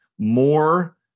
more